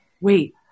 Wait